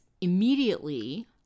immediately